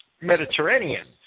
Mediterranean